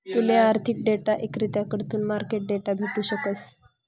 तूले आर्थिक डेटा इक्रेताकडथून मार्केट डेटा भेटू शकस